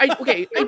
Okay